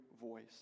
voice